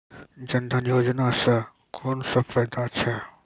जनधन योजना सॅ कून सब फायदा छै?